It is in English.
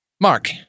Mark